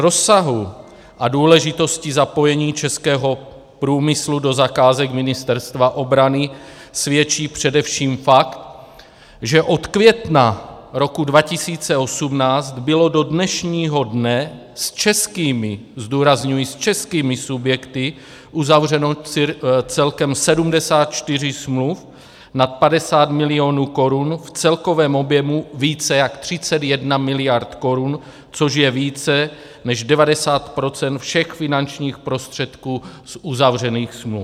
Rozsahu a důležitosti zapojení českého průmyslu do zakázek Ministerstva obrany svědčí především fakt, že od května roku 2018 bylo do dnešního dne s českými zdůrazňuji s českými subjekty uzavřeno celkem 74 smluv nad 50 milionů korun v celkovém objemu více jak 31 miliard korun, což je více než 90 % všech finančních prostředků z uzavřených smluv.